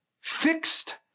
fixed